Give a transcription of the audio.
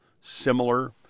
similar